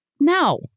No